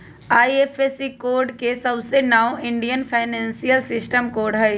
IFSC code के सऊसे नाओ इंडियन फाइनेंशियल सिस्टम कोड हई